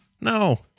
no